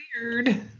Weird